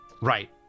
right